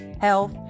health